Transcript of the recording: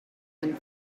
and